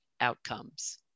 outcomes